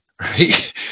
right